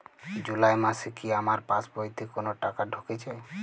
জুলাই মাসে কি আমার পাসবইতে কোনো টাকা ঢুকেছে?